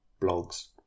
blogs